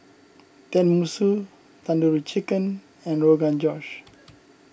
Tenmusu Tandoori Chicken and Rogan Josh